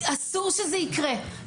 אסור שזה יקרה.